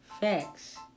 Facts